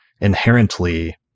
inherently